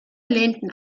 lehnten